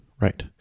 Right